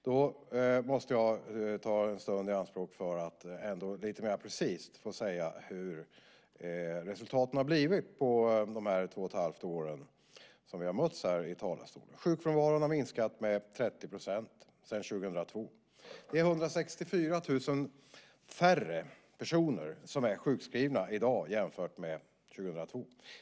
Då måste jag ta en stund i anspråk för att ändå lite mera precis säga hur resultaten har blivit på de här två och ett halvt åren då vi har mötts här i talarstolen. Sjukfrånvaron har minskat med 30 % sedan 2002. Det är 164 000 personer färre som är sjukskrivna i dag jämfört med 2002.